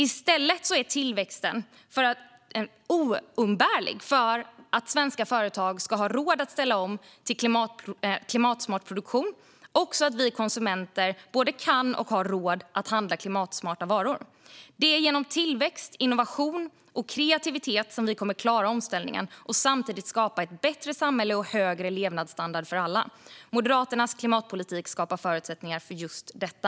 I stället är tillväxten oumbärlig för att svenska företag ska ha råd att ställa om till klimatsmart produktion och för att vi konsumenter ska både kunna och ha råd att handla klimatsmarta varor. Det är genom tillväxt, innovation och kreativitet som vi kommer att klara omställningen och samtidigt skapa ett bättre samhälle och högre levnadsstandard för alla. Moderaternas klimatpolitik skapar förutsättningar för just detta.